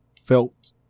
felt